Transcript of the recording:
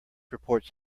reports